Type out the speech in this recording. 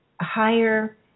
higher